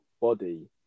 body